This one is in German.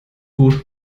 gut